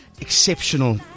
exceptional